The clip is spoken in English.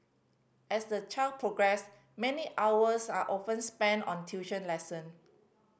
as the children progress many hours are often spent on tuition lesson